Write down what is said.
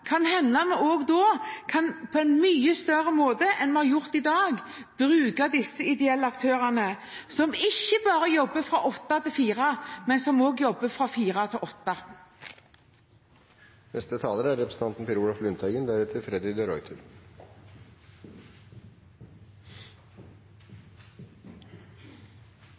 kan det hende at vi på en mye større måte enn vi har gjort i dag, kan bruke disse ideelle aktørene, som ikke bare jobber fra åtte til fire, men også fra fire til åtte.